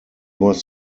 was